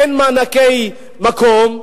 אין מענקי מקום,